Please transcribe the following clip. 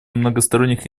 многосторонних